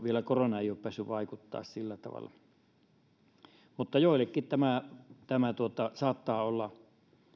vielä korona ei ole päässyt vaikuttamaan sillä tavalla joillekin tämä tämä saattaa olla